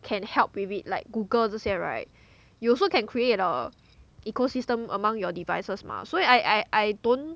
can help with it like google 这些 right you also can create a ecosystem among your devices mah 所以 I I I don't